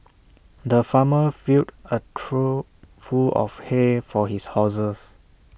the farmer filled A trough full of hay for his horses